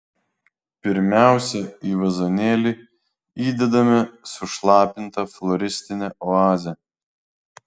pirmiausia į vazonėlį įdedame sušlapintą floristinę oazę